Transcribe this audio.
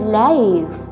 life